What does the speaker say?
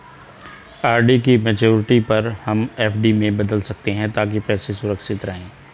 RD की maturity पर हम एफ.डी में बदल सकते है ताकि पैसे सुरक्षित रहें